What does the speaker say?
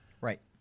Right